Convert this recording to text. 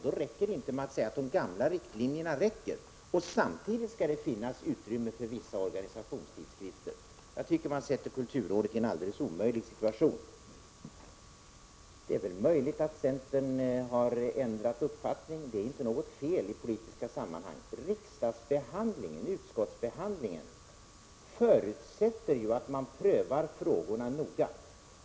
Då räcker det inte med att säga att de gamla riktlinjerna räcker. Samtidigt skall det finnas utrymme för vissa organisationstidskrifter. Jag tycker att man sätter kulturrådet i en alldeles omöjlig situation. Det är tänkbart att centern har ändrat uppfattning. Det är inte något fel i politiska sammanhang. Utskottsbehandlingen förutsätter att man prövar frågorna noga.